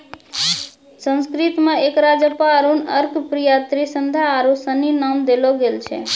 संस्कृत मे एकरा जपा अरुण अर्कप्रिया त्रिसंध्या आरु सनी नाम देलो गेल छै